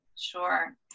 Sure